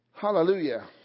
Hallelujah